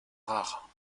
rare